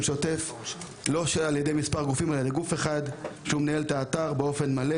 שוטף על ידי גוף אחד שמנהל את האתר באופן מלא.